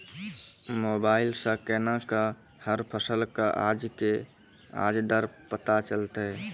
Mobile सऽ केना कऽ हर फसल कऽ आज के आज दर पता चलतै?